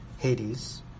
Hades